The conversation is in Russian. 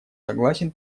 согласен